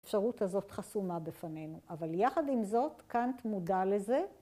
האפשרות הזאת חסומה בפנינו, אבל יחד עם זאת קאנט מודע לזה.